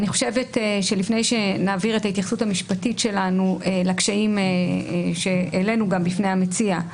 לפני שנעביר את ההתייחסות המשפטית שלנו לקשיים שהעלינו גם בפני המציע,